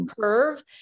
curve